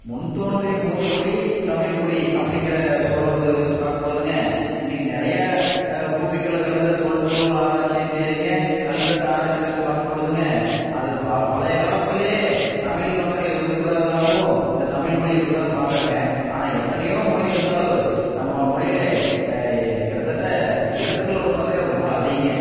முன் தோன்றிய மூத்தகுடி தமிழ்குடி அப்படிங்குற சொல்லுறது வச்சு பார்க்கும்பொழுதுங்க இன்னைக்கு நிறைய பூமிக்குள்ளே கடந்த தொல்பொருள் ஆராய்ச்சியும் சரிங்க கல் வெட்டு ஆராய்ச்சி வச்சு பார்க்கும்பொழுதுங்க அது ப பழைய காலத்துலயே தமிழ் மக்கள் இருந்துருக்குறதாகவும் இந்த தமிழ்மொழி இருக்குறதாகவும் பார்க்குறங்க ஆனால் எத்தனையோ மொழி இருந்தாலும் நம்ம மொழியில் கிட்ட திட்ட எழுத்துகள் வந்து பார்த்திங்கன்னா ரொம்ப அதிகங்க